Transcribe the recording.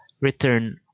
return